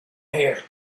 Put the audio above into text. here